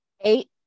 Eight